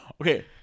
Okay